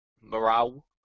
morale